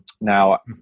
Now